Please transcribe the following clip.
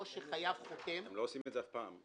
או שהחייב חותם --- הם לא עושים את זה אף פעם.